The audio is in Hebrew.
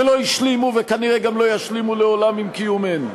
שלא השלימו וכנראה גם לא ישלימו לעולם עם קיומנו.